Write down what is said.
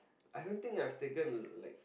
I don't think I've taken like